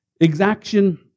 exaction